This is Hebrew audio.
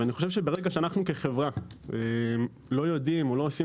ואני חושב שברגע שאנחנו כחברה לא יודעים או לא עוזרים